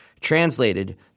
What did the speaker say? Translated